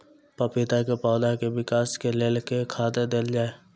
पपीता केँ पौधा केँ विकास केँ लेल केँ खाद देल जाए?